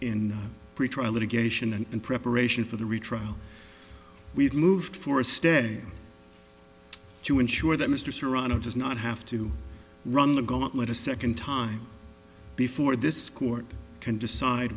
and in preparation for the retrial we've moved for a stay to ensure that mr serrano does not have to run the gauntlet a second time before this court can decide